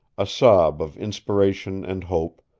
a sob of inspiration and hope,